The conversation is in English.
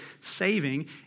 saving